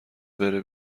بره